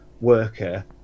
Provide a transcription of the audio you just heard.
worker